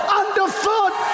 underfoot